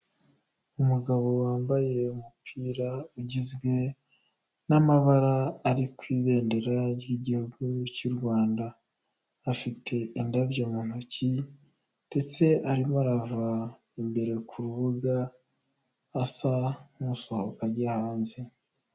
Umugabo wambaye umupira ugizwe n'amabara ari ku ibendera ry'igihugu cy'u Rwanda, afite indabyo mu ntoki ndetse arimo arava imbere ku rubuga asa nk'usohoka ajya hanze.